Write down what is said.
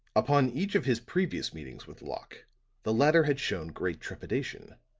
upon each of his previous meetings with locke the latter had shown great trepidation